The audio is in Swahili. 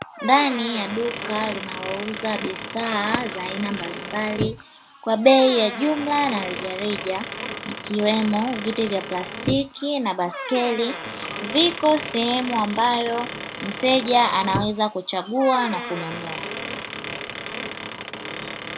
Ndani ya duka linalouza bidhaa za aina mbalimbali kwa bei ya jumla na rejareja, ikiwemo viti vya plastiki na baisikeli, viko sehemu ambayo mteja anaweza kuchagua na kununua.